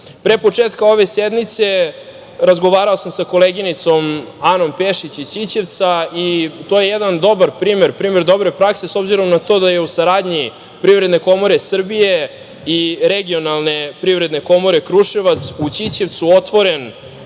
početka ove sednice razgovarao sam sa koleginicom Anom Pešić iz ćićevca i to je jedan dobar primer dobre prakse, obzirom na to da je u saradnji Privredne komore Srbije i regionalne Privredne komore Kruševac u Ćićevcu otvoren